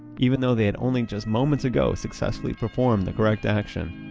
even though they had only just moments ago successfully performed the correct action,